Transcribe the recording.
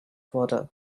wurde